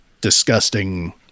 disgusting